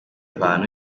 bantu